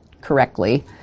correctly